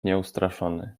nieustraszony